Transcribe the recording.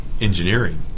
engineering